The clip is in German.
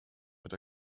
mit